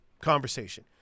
conversation